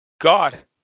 God